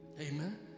Amen